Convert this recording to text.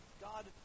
God